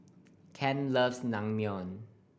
Kent loves Naengmyeon